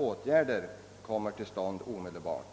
Nu är det emellertid angeläget att